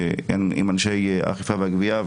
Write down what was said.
אנשי האכיפה והגבייה,